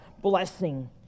blessing